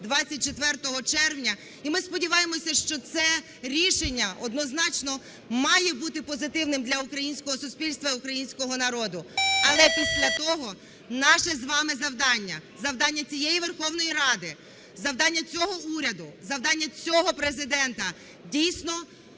23-24 червня. І ми сподіваємося, що це рішення однозначно має бути позитивним для українського суспільства і українського народу. Але після того наше з вами завдання, завдання цієї Верховної Ради, завдання цього уряду, завдання цього Президента – дійсно